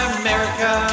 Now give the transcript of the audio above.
america